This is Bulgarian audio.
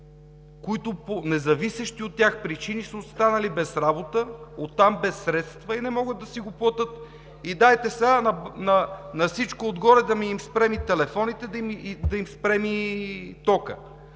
които по независещи от тях причини са останали без работа, оттам – без средства, и не могат да си платят. И дайте сега на всичко отгоре да им спрем и телефоните, да им спрем и тока!